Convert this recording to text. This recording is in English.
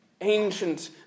Ancient